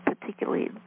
particularly